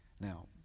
Now